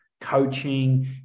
coaching